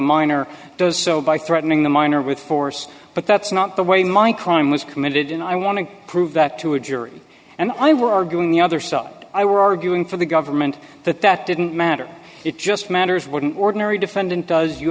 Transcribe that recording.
minor does so by threatening the minor with force but that's not the way my crime was committed and i want to prove that to a jury and i were arguing the other side i were arguing for the government that that didn't matter it just matters wouldn't ordinary defendant does you